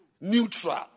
neutral